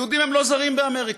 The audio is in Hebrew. היהודים הם לא זרים באמריקה,